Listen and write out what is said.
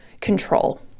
control